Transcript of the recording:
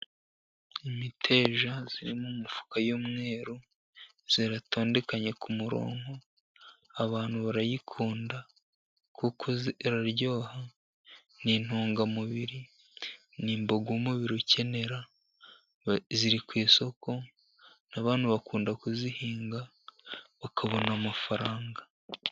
Imiteja iri mu mifuka y'umweru iratondekanye ku murongo, abantu barayikunda kuko iraryoha ni intungamubiri. Ni imboga umubiri ukenera ziri ku isoko abantu bakunda kuzihinga bakabona amafaranga.